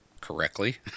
correctly